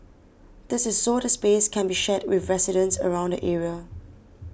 this is so the space can be shared with residents around the area